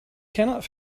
cannot